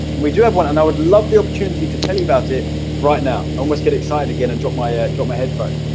we do have one and i would love the opportunity to tell you about it right now i almost get excited again and drop my ah drop my headphones.